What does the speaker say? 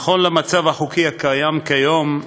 נכון למצב החוקי הקיים כיום,